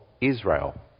Israel